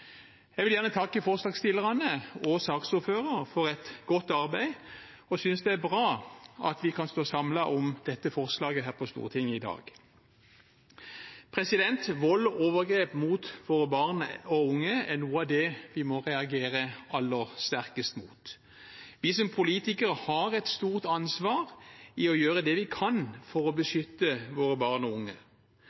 Jeg vil gjerne takke forslagsstillerne og saksordføreren for et godt arbeid, og synes det er bra at vi kan stå samlet om dette forslaget her i Stortinget i dag. Vold og overgrep mot våre barn og unge er noe av det vi må reagere aller sterkest mot. Vi som politikere har et stort ansvar i å gjøre det vi kan for å beskytte våre barn og unge.